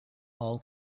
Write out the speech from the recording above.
all